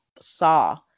saw